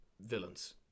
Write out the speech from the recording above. villains